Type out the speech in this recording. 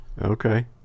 Okay